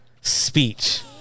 speech